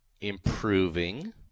improving